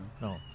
no